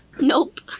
Nope